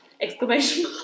Exclamation